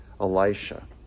Elisha